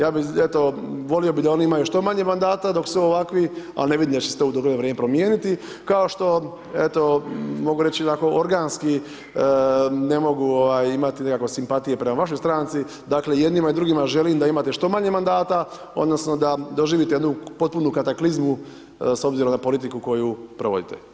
Ja bi eto volio bi da oni imaju što manje mandata dok su ovakvi, ali ne vidim da će se to u dogledno vrijeme promijeniti, kao što eto mogu reći onako organski ne mogu ovaj imati nikako simpatije prema vašoj stranci, dakle i jednima i drugima želim da imate što manje mandata odnosno da doživite jednu potpunu kataklizmu s obzirom na politiku koju provodite.